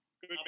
Good